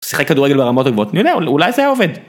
שיחהק כדורגל ברמות הגבוהות. נראה, אולי זה היה עובד.